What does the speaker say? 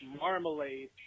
Marmalade